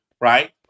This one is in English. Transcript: Right